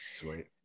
Sweet